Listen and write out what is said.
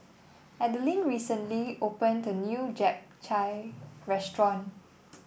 Adelyn recently opened a new Japchae Restaurant